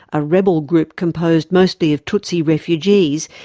a rebel group composed mostly of tutsi refugees,